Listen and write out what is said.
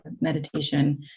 meditation